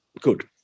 Good